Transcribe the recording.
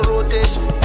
rotation